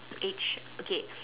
age okay